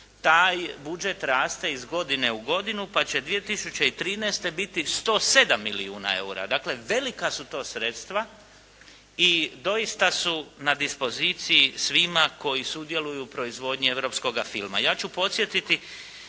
Taj budžet raste iz godine u godinu pa će 2013. biti 107 milijuna eura. Dakle, velika su to sredstva i doista su na dispoziciji svima koji sudjeluju u proizvodnji europskoga filma. Ja ću podsjetiti